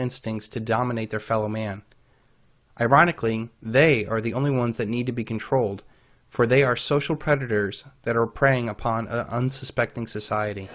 instincts to dominate their fellow man ironically they are the only ones that need to be controlled for they are social predators that are preying upon unsuspecting society